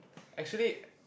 actually